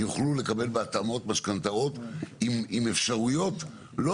יוכלו לקבל בהתאמות משכנתאות עם אפשרויות לא